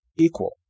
equal